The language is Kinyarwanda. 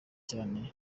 cyane